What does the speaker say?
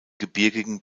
gebirgigen